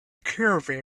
caravan